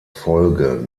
folge